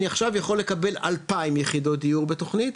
אני עכשיו יכול לקבל 2000 יחידות דיור בתוכנית,